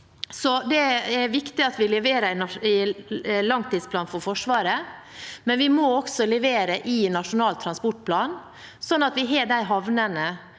Det er viktig at vi leverer i langtidsplanen for Forsvaret, men vi må også levere i Nasjonal transportplan, slik at vi har de havnene,